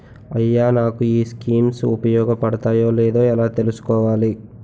అయ్యా నాకు ఈ స్కీమ్స్ ఉపయోగ పడతయో లేదో ఎలా తులుసుకోవాలి?